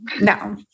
No